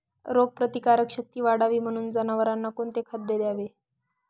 रोगप्रतिकारक शक्ती वाढावी म्हणून जनावरांना कोणते खाद्य द्यावे?